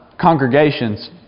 congregations